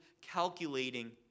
calculating